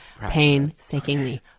painstakingly